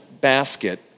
basket